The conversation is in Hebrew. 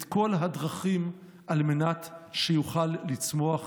את כל הדרכים על מנת שיוכל לצמוח.